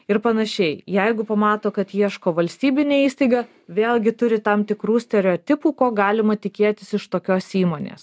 ir panašiai jeigu pamato kad ieško valstybinė įstaiga vėlgi turi tam tikrų stereotipų ko galima tikėtis iš tokios įmonės